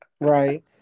Right